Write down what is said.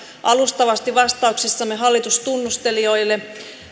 alustavasti vastauksissa hallitustunnustelijoille